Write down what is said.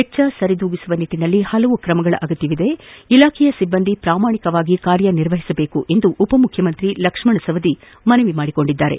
ವೆಚ್ಡ ತ್ಗಿಸುವ ನಿಟ್ಟನಲ್ಲಿ ಹಲವು ತ್ರಮಗಳ ಅಗತ್ಯವಿದ್ದು ಇಲಾಖೆ ಸಿಬ್ಬಂದಿ ಪ್ರಾಮಾಣಿಕವಾಗಿ ಕಾರ್ಯ ನಿರ್ವಹಿಸಬೇಕೆಂದು ಉಪಮುಖ್ಯಮಂತ್ರಿ ಲಕ್ಷ್ಣ ಸವದಿ ಮನವಿ ಮಾಡಿದ್ದಾರೆ